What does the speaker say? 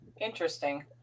interesting